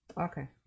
Okay